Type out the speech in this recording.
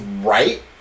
right